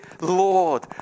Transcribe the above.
Lord